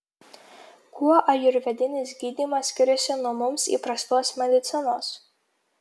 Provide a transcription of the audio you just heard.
kuo ajurvedinis gydymas skiriasi nuo mums įprastos medicinos